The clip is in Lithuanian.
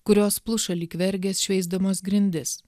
kurios pluša lyg vergės šveisdamos grindis